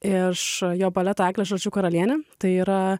ir iš jo baleto eglė žalčių karalienė tai yra